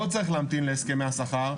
לא צריך להמתין להסכמי השכר,